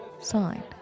signed